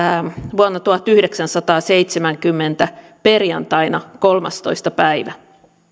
vuonna tuhatyhdeksänsataaseitsemänkymmentä perjantaina kolmantenatoista päivänä